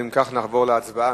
אם כך, נעבור להצבעה.